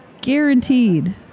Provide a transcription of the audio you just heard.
guaranteed